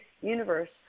universe